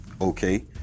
okay